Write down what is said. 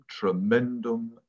tremendum